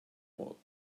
hall